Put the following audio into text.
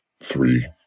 Three